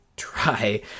try